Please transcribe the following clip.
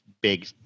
big